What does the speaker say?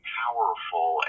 powerful